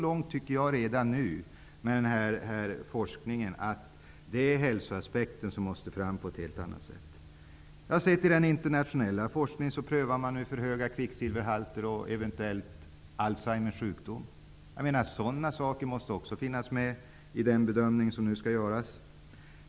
Jag tycker att man i denna forskning redan har kommit så långt att hälsoaspekten måste komma fram på ett helt annat sätt. Jag har sett att man nu i den internationella forskningen prövar eventuella samband mellan höga kvicksilverhalter och Alzheimers sjukdom. Också sådana effekter måste tas med i den bedömning som nu skall göras.